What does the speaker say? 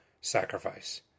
sacrifice